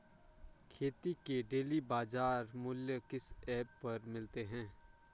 खेती के डेली बाज़ार मूल्य किस ऐप पर मिलते हैं?